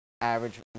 average